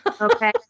Okay